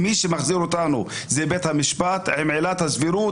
מי שמחזיר אותנו זה בית המשפט עם עילת הסבירות,